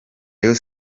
rayon